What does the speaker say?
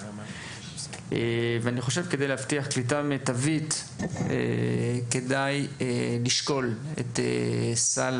וכדי להבטיח קליטה מיטבית כדאי לשקול את הסל